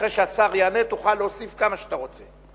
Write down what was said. ואחרי שהשר יענה תוכל להוסיף כמה שאתה רוצה.